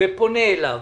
ופונה אליו: